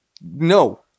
no